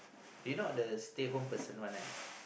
you not the stay home person one right